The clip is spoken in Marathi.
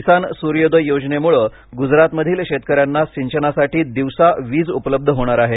किसान सुर्योदय योजनेमुळे गुजरातमधील शेतकऱ्यांना सिंचनासाठी दिवसा वीज उपलब्ध होणार आहे